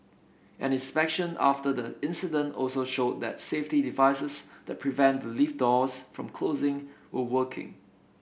an inspection after the incident also showed that safety devices that prevent the lift doors from closing were working